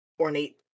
ornate